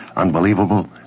unbelievable